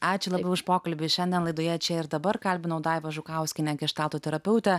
ačiū labiau už pokalbį šiandien laidoje čia ir dabar kalbino daiva žukauskienė geštalto terapeutė